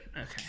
Okay